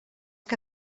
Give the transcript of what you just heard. que